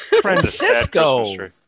Francisco